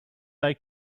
they